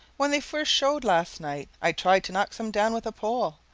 when they first showed, last night, i tried to knock some down with a pole,